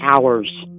hours